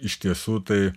iš tiesų tai